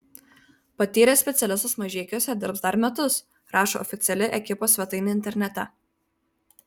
patyręs specialistas mažeikiuose dirbs dar metus rašo oficiali ekipos svetainė internete